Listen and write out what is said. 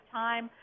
time